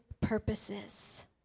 purposes